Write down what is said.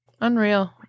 unreal